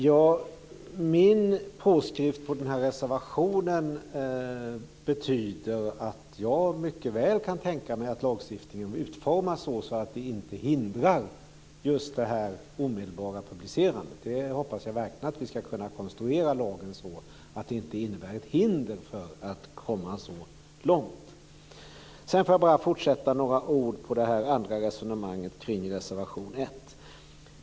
Fru talman! Att jag står bakom denna reservation betyder att jag mycket väl kan tänka mig att lagstiftningen utformas på ett sådant sätt att den inte hindrar just den här omedelbara publiceringen. Jag hoppas verkligen att vi ska kunna konstruera lagen på ett sådant sätt att den inte innebär ett hinder för att komma så långt. Jag vill säga ytterligare några ord om det andra resonemanget kring reservation 1.